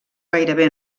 gairebé